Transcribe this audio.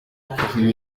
kuvuga